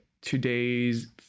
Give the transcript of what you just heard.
today's